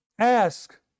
ask